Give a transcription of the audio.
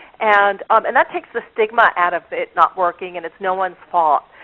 and um and that takes the stigma out of it not working, and it's no one's fault.